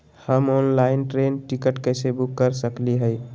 हम online train ticket कैसे book कर सकली हई?